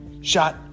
shot